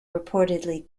reportedly